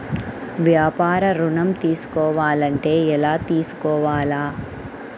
వ్యాపార ఋణం తీసుకోవాలంటే ఎలా తీసుకోవాలా?